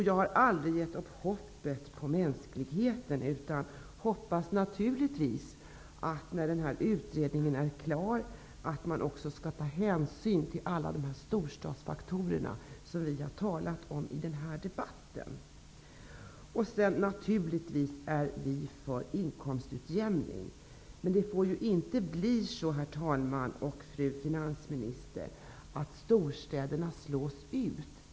Jag har aldrig gett upp hoppet om mänskligheten, utan jag hoppas naturligtvis att man, när utredningen är klar, skall ta hänsyn till alla de storstadsfaktorer som vi har talat om i den här debatten. Vi är naturligtvis för inkomstutjämning, men det får inte bli så, herr talman och fru finansminister, att storstäderna slås ut.